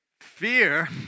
Fear